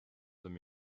them